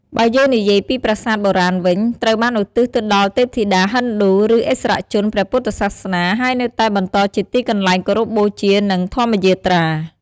បើយើងនិយាយពីប្រាសាទបុរាណវិញ ត្រូវបានឧទ្ទិសទៅដល់ទេពធីតាហិណ្ឌូ ឬឥស្សរជនព្រះពុទ្ធសាសនា ហើយនៅតែបន្តជាទីកន្លែងគោរពបូជា និងធម្មយាត្រា។